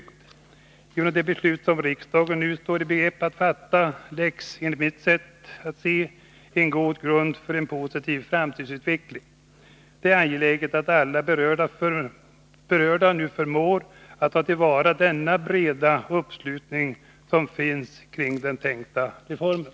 29 april 1982 Genom det beslut som riksdagen nu står i begrepp att fatta läggs en god grund för en positiv framtidsutveckling. Det är angeläget att alla berörda förmår ta till vara den breda uppslutning som finns kring den tänkta reformen.